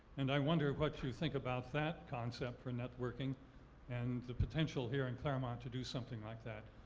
and i wonder what you think about that concept for networking and the potential here in claremont to do something like that.